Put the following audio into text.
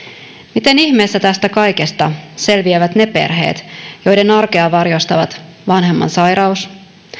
miten ihmeessä tästä kaikesta selviävät ne perheet joiden arkea varjostavat vanhemman sairaus